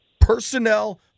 personnel –